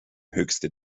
höchste